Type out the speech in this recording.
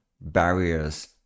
barriers